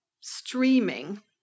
streaming